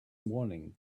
morning